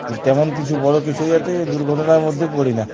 তেমন কিছু বড়ো কিছুতে দুর্ঘটনার মধ্যে পড়ি না